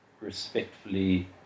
respectfully